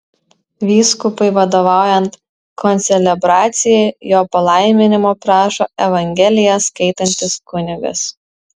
vyskupui vadovaujant koncelebracijai jo palaiminimo prašo evangeliją skaitantis kunigas